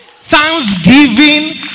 Thanksgiving